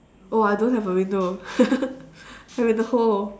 oh I don't have a window I'm in the hole